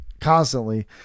constantly